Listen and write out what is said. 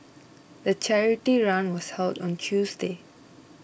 the charity run was held on a Tuesday